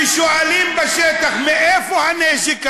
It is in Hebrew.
כששואלים בשטח: מאיפה הנשק הזה?